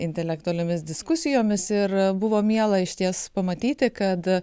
intelektualiomis diskusijomis ir buvo miela išties pamatyti kad